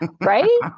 Right